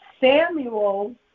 Samuel